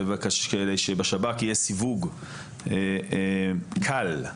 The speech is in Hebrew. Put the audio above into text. שבשב"כ יהיה סיווג קל,